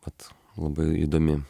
vat labai įdomi